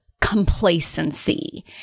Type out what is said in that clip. complacency